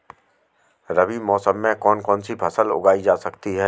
रबी मौसम में कौन कौनसी फसल उगाई जा सकती है?